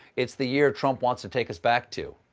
it's the year trump wants to take us back to.